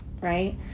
right